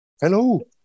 hello